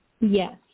Yes